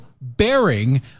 bearing